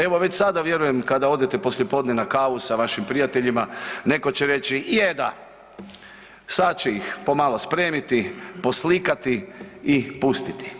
Evo već sada vjerujem kada odete poslijepodne na kavu sa vašim prijateljima neko će reći je da sad će ih pomalo spremiti, poslikati i pustiti.